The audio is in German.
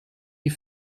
die